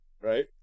right